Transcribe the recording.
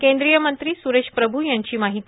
केंद्रीय मंत्री सुरेश प्रभू यांची माहिती